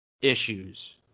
issues